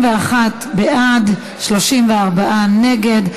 21 בעד, 24 נגד.